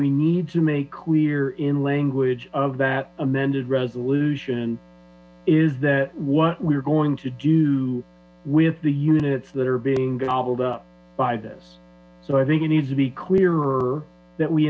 we need to make clear in language of that amended resolution is that what we're going to do with the units that are being gobbled up by this so i think it needs to be clearer that we